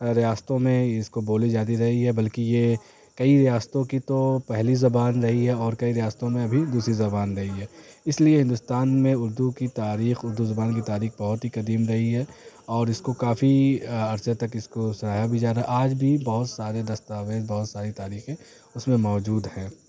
ریاستوں میں اس کو بولی جاتی رہی ہے بلکہ یہ کئی ریاستوں کی تو پہلی زبان رہی ہے اور کئی ریاستوں میں ابھی دوسری زبان رہی ہے اس لیے ہندوستان میں اردو کی تاریخ اردو زبان کی تاریخ بہت ہی قدیم رہی ہے اور اس کو کافی عرصے تک اس کو سراہا بھی جا رہا ہے آج بھی بہت سارے دستاویز بہت ساری تاریخیں اس میں موجود ہیں